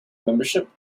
membership